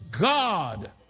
God